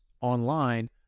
online